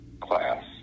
class